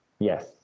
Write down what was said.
Yes